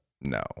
No